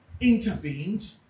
intervened